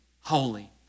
holy